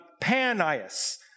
Panias